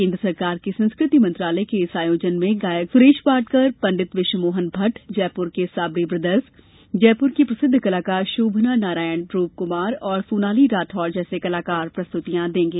केंद्र सरकार के संस्कृति मंत्रालय के इस आयोजन में गायक सुरेश वाडकर पंडित विश्वमोहन भट्ट जयपुर के साबरी ब्रदर्स जयपुर की प्रसिद्ध कलाकार शोभना नारायण रूपक्मार और सोनाली राठौर जैसे कलाकार प्रस्त्तियां देंगे